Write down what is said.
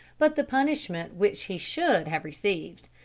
but the punishment which he should have received.